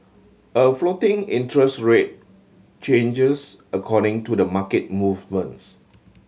a floating interest rate changes according to the market movements